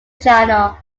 channel